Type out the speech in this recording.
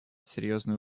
серьезную